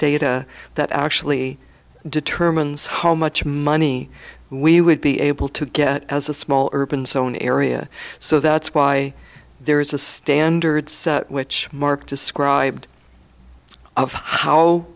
data that actually determines how much money we would be able to get as a small urban zone area so that's why there is a standard set which mark described of